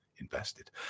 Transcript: invested